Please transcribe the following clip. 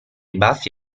baffi